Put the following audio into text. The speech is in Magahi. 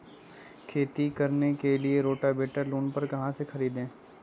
खेती करने के लिए रोटावेटर लोन पर कहाँ से खरीदे?